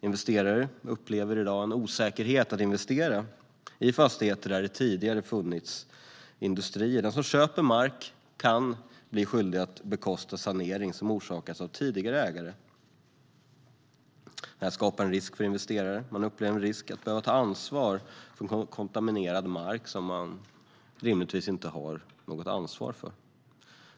Investerare upplever i dag en osäkerhet när det gäller att investera i fastigheter där det tidigare har funnits industrier. Den som köper mark kan bli skyldig att bekosta sanering av sådant som har orsakats av tidigare ägare. Detta skapar en risk för investerare. De upplever en risk att behöva ta ansvar för kontaminerad mark som de rimligtvis inte har något ansvar för.